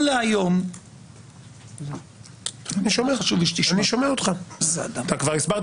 אני שב ואומר: כבר היום